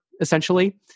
essentially